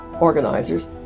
organizers